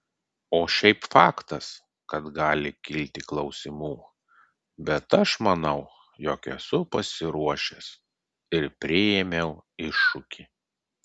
o šiaip faktas kad gali kilti klausimų bet aš manau jog esu pasiruošęs ir priėmiau iššūkį